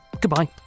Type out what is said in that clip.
goodbye